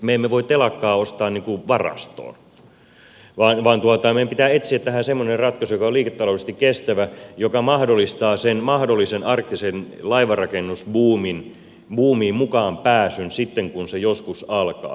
me emme voi telakkaa ostaa niin kuin varastoon vaan meidän pitää etsiä tähän semmoinen ratkaisu joka on liiketaloudellisesti kestävä joka mahdollistaa sen mahdolliseen arktiseen laivanrakennusbuumiin mukaan pääsyn sitten kun se joskus alkaa